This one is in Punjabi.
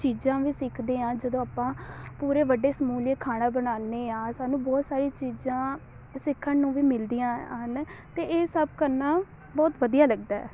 ਚੀਜ਼ਾਂ ਵੀ ਸਿੱਖਦੇ ਹਾਂ ਜਦੋਂ ਆਪਾਂ ਪੂਰੇ ਵੱਡੇ ਸਮੂਹ ਲਈ ਖਾਣਾ ਬਣਾਉਂਦੇ ਹਾਂ ਸਾਨੂੰ ਬਹੁਤ ਸਾਰੀ ਚੀਜ਼ਾਂ ਸਿੱਖਣ ਨੂੰ ਵੀ ਮਿਲਦੀਆਂ ਹਨ ਅਤੇ ਇਹ ਸਭ ਕਰਨਾ ਬਹੁਤ ਵਧੀਆ ਲੱਗਦਾ